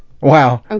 wow